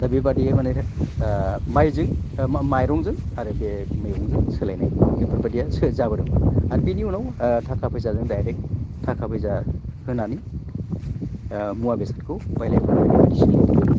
दा बेबादि माने माइजों माइरंजों आरो बे मैगंजों सोलायनाय बेफोरबादिया सो जाबोदोंमोन आरो बेनि उनाव थाखा फैसाजों दाइरेक्ट थाखा फैसा होनानै मुवा बेसादखौ बायलाय फानलाय बेबायदि सोलिदों